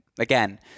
Again